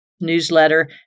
newsletter